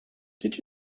did